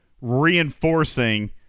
reinforcing